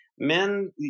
Men